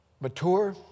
Mature